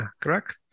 correct